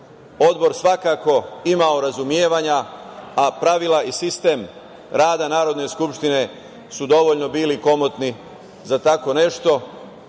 Odbor svakako, imao razumevanja, a pravila i sistem rada Narodne skupštine su dovoljno bili komotni za tako nešto,